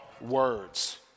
words